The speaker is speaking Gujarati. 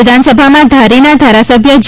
વિધાનસભામાં ધારીના ધારાસભ્ય જે